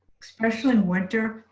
especially in winter,